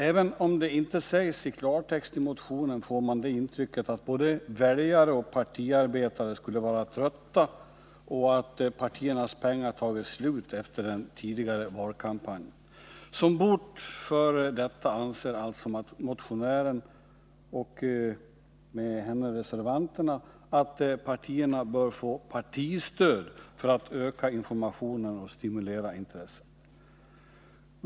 Även om det inte i motionen sägs ut i klartext får man det intrycket, att både väljare och partiarbetare skulle vara trötta och att partiernas pengar tagit slut efter den nyss förda valkampanjen. Motionären och med henne reservanterna anser att partierna som gottgörelse för detta bör få partistöd för att öka informationen och stimulera intresset.